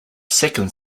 second